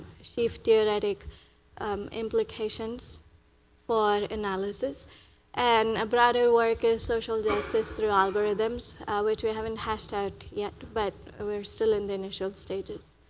sheath theoretic implications for analysis and broader work is social analysis through algorithms which we haven't hashtagged yet but we're still in the initial status.